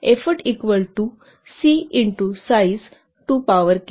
effort equal to c into size to power 'K'